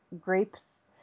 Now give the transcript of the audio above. grapes